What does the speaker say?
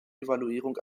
evaluierung